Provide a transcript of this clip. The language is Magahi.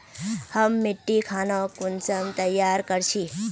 हम मिट्टी खानोक कुंसम तैयार कर छी?